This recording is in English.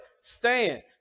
stand